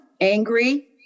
angry